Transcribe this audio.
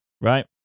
right